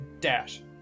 dash